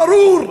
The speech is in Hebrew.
ארור.